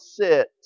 sit